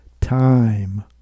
time